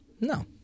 no